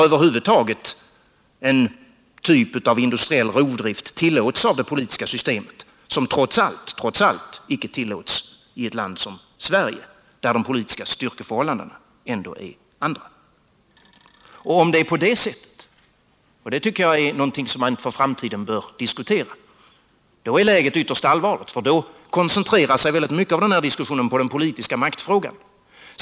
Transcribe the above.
Över huvud taget tillåts där av det politiska systemet en typ av industriell rovdrift som trots allt icke tillåts i ett land som Sverige, där de politiska styrkeförhållandena är annorlunda. Om det är så — och det tycker jag att man för framtiden bör diskutera — är läget ytterst allvarligt. Då koncentrerar sig väldigt mycket av denna diskussion på frågan om den politiska makten.